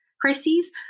crises